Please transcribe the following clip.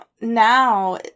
now